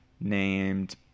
named